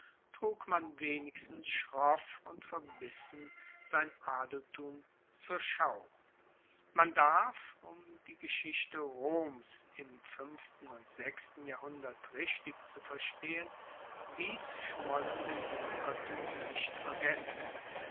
trug man wenigstens schroff und verbissen sein adeltum zur schau man darf um die geschichte roms im fuenften und sechsten jahrhundert richtig zu verstehen dies schmollende junkertum nicht vergessen